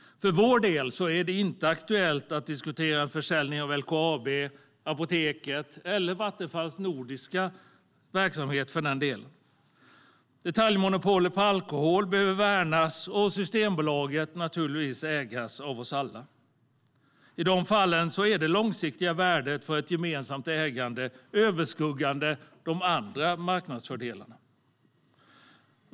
För vår del är det inte aktuellt att diskutera försäljning av LKAB, Apoteket eller Vattenfalls nordiska verksamhet. Detaljmonopolet för alkohol behöver värnas, och Systembolaget ska naturligtvis ägas av oss alla. I de fallen överskuggar det långsiktiga värdet av ett gemensamt ägande de andra marknadsfördelarna.